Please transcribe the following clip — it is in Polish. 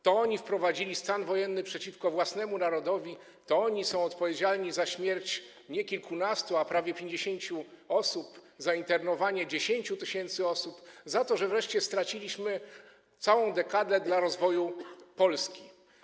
To oni wprowadzili stan wojenny przeciwko własnemu narodowi, to oni są odpowiedzialni za śmierć nie kilkunastu, a prawie 50 osób, za internowanie 10 tys. osób, za to wreszcie, że straciliśmy całą dekadę rozwoju Polski.